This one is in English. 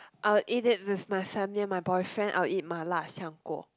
I'll eat it with my family and my boyfriend I will eat 麻辣香锅